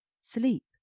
sleep